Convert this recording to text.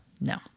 No